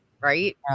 Right